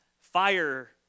fire